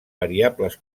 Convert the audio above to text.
variables